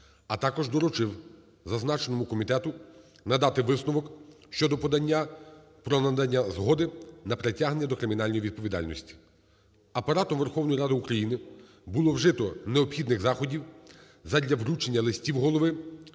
а також доручив зазначеному комітету надати висновок щодо подання про надання згоди на притягнення до кримінальної відповідальності. Апаратом Верховної Ради України було вжито необхідних заходів задля вручення листів Голови